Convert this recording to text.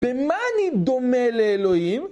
במה אני דומה לאלוהים?